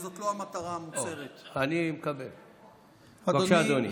בבקשה, אדוני.